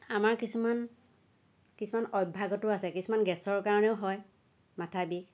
আমাৰ কিছুমান কিছুমান অভাসগতো আছে কিছুমান গেছৰ কাৰণেও হয় মাথা বিষ